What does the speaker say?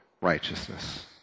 righteousness